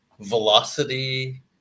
velocity